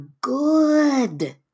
good